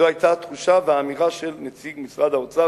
זו היתה התחושה והאמירה של נציג משרד האוצר,